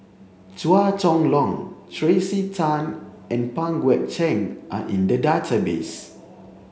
Chua Chong Long Tracey Tan and Pang Guek Cheng are in the database